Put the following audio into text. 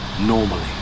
normally